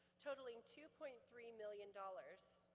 totaling two point three million dollars.